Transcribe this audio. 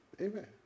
Amen